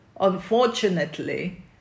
unfortunately